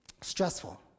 stressful